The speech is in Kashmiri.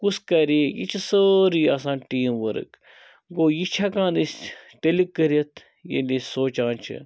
کُس کَرِ یہِ یہِ چھِ سٲرٕے آسان ٹیٖم ؤرٕک گوٚو یہِ چھِ ہٮ۪کان أسۍ تیٚلہِ کٔرِتھ ییٚلہِ أسۍ سونٛچان چھِ